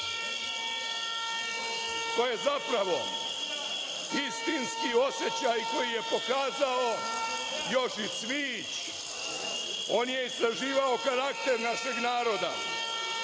to je zapravo istinski osećaj koji je pokazao još i Cvijić. On je istraživao karakter našeg naroda.